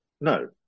No